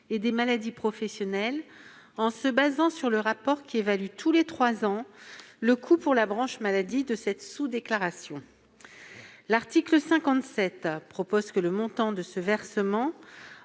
et des maladies professionnelles, en se fondant sur le rapport qui évalue, tous les trois ans, le coût pour la branche maladie de cette sous-déclaration. L'article 57 tend à accroître de 100 millions